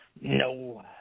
No